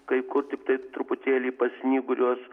kai kur tiktai truputėlį pasnyguriuos